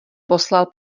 poslal